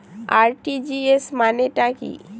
RTGS মানে টা কি?